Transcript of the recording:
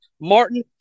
Martin